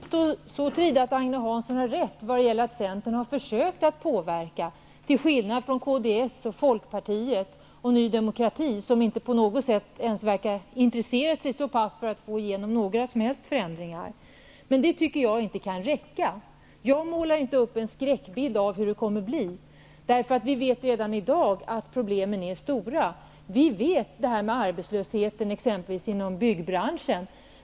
Fru talman! Jag kan tillstå att Agne Hansson har rätt, så till vida att Centern har försökt att påverka, till skillnad från kds, Folkpartiet och Ny demokrati, som inte på något sätt verkar ha intresserat sig för att få igenom några som helst förändringar. Men det kan inte räcka. Jag målar inte upp någon skräckbild av hur det kommer att bli. Vi vet redan i dag att problemen är stora. Vi känner till exempelvis arbetslösheten inom byggbranschen.